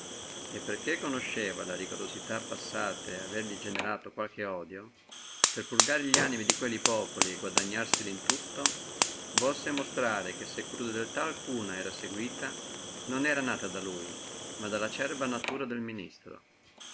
e perché conosceva le rigorosità passate averli generato qualche odio per purgare li animi di quelli populi e guadagnarseli in tutto volle monstrare che se crudeltà alcuna era seguíta non era nata da lui ma dalla acerba natura del ministro